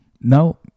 No